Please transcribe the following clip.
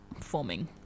forming